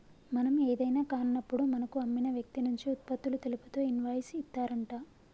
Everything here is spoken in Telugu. మనం ఏదైనా కాన్నప్పుడు మనకు అమ్మిన వ్యక్తి నుంచి ఉత్పత్తులు తెలుపుతూ ఇన్వాయిస్ ఇత్తారంట